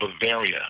Bavaria